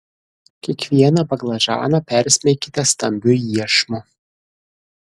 kiekvieną baklažaną persmeikite stambiu iešmu